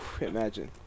Imagine